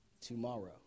tomorrow